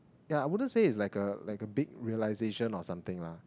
yeah I wouldn't say is like a like a big realisation or something lah